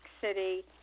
City